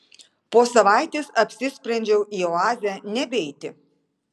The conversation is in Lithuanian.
po savaitės apsisprendžiau į oazę nebeiti